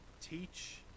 teach